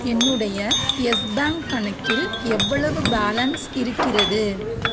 என்னுடைய யெஸ் பேங்க் கணக்கில் எவ்வளவு பேலன்ஸ் இருக்கிறது